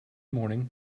morning